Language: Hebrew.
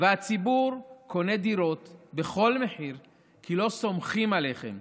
והציבור קונה דירות בכל מחיר כי לא סומכים עליכם.